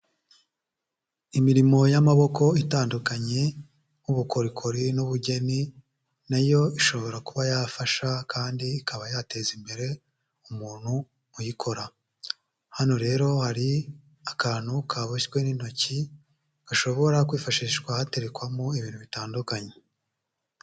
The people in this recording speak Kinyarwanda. Imirimo y'amaboko itandukanye nk'ubukorikori n'ubugeni na yo ishobora kuba yafasha kandi ikaba yateza imbere umuntu uyikora. Hano rero hari akantu kaboshywe n'intoki, gashobora kwifashishwa haterekwamo ibintu bitandukanye.